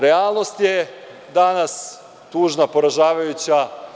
Realnost je danas tužna, poražavajuća.